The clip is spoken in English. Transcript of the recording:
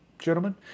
Gentlemen